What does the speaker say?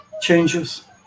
changes